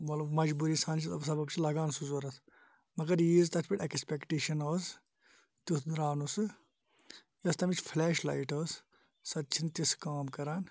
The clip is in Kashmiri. مَطلَب مَجبوٗری سان سَبَب چھِ لَگان سُہ ضرورت مَگَر ییٖژ تَتھ پٮ۪ٹھ ایکٕسپیٚکٹیشَن ٲسۍ تیُتھ دراو نہٕ سُہ کینٛہہ یوٚس تمِچ فلیش لایٹ ٲسۍ سۄ تہِ چھَنہٕ تِژھ کٲم کَران